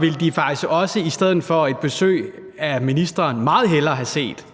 ville de faktisk også i stedet for et besøg af ministeren meget hellere have set,